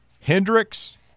Hendricks